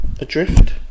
adrift